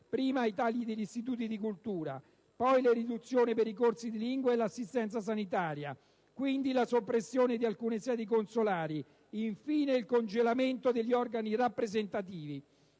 Prima i tagli agli istituti di cultura, poi le riduzioni per i corsi di lingua e l'assistenza sanitaria, quindi la soppressione di alcune sedi consolari, infine il congelamento degli organi rappresentativi.